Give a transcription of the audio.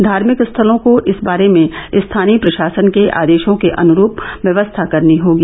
धार्मिक स्थलों को इस बारे में स्थानीय प्रशासन के आदेशों के अनुरूप व्यवस्था करनी होगी